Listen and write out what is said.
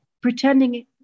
pretending